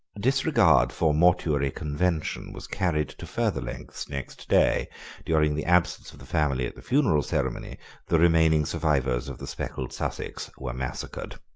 disregard for mortuary convention was carried to further lengths next day during the absence of the family at the funeral ceremony the remaining survivors of the speckled sussex were massacred.